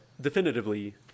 definitively